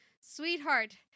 Sweetheart